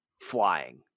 flying